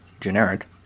generic